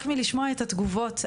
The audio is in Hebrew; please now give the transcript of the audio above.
רק מלשמוע את התגובות,